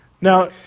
Now